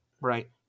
right